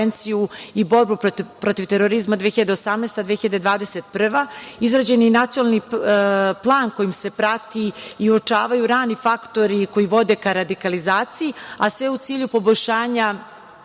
i borbu protiv terorizma 2018/2021. Izrađen je i Nacionalni plan kojim se prati i uočavaju rani faktori koji vode ka radikalizaciji, a sve u cilju poboljšanja